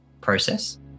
process